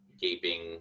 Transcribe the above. gaping